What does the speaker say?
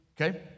Okay